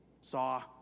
saw